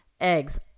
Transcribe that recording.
Eggs